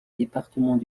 département